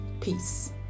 peace